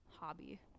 hobby